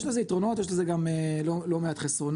יש לזה יתרונות, יש לזה גם לא מעט חסרונות